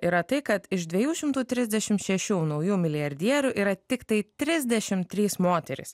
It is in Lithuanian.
yra tai kad iš dviejų šimtų trisdešim šešių naujų milijardierių yra tiktai trisdešim trys moterys